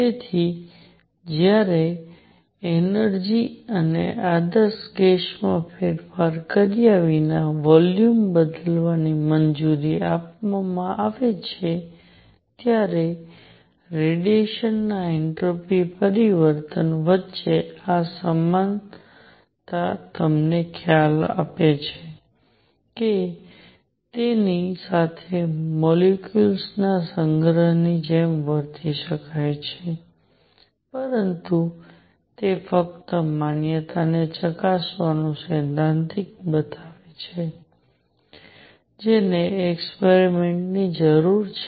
તેથી જ્યારે એનર્જી અને આદર્શ ગેસ માં ફેરફાર કર્યા વિના વોલ્યુમ બદલવાની મંજૂરી આપવામાં આવે છે ત્યારે રેડિયેશન ના એન્ટ્રોપી પરિવર્તન વચ્ચેની આ સમાનતા તમને ખ્યાલ આપે છે કે તેની સાથે મોલેક્યુલ્સના સંગ્રહની જેમ વર્તન કરી શકાય છે પરંતુ તે ફક્ત માન્યતા ને ચકાસવાનું સૈદ્ધાંતિક બતાવે છે જેને એક્સપેરિમેંટની જરૂર છે